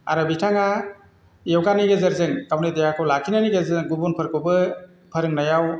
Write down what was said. आरो बिथाङा योगानि गेजेरजों गावनि देहाखौ लाखिनायनि गेजेरजों गुबुनफोरखौबो फोरोंनायाव